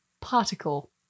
Particle